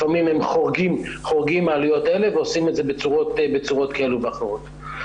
לפעמים הם חורגים מעלויות אלה ועושים את זה בצורות כאלו ואחרות.